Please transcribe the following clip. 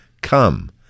Come